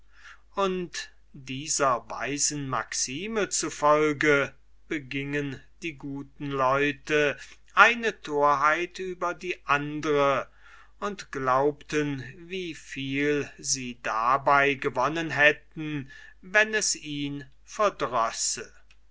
und dieser weisen maxime zufolge begingen die guten leute eine torheit über die andre und glaubten wie viel sie dabei gewonnen hätten wenn es ihn